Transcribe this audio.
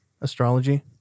astrology